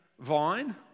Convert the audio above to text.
vine